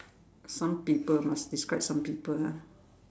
some people must describe some people ah